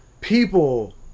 people